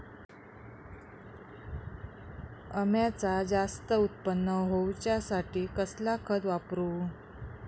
अम्याचा जास्त उत्पन्न होवचासाठी कसला खत वापरू?